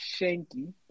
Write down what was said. Shanky